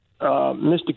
Mr